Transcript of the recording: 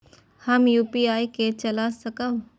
हम यू.पी.आई के चला सकब?